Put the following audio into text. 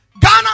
Ghana